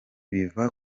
biva